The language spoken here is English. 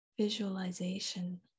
visualization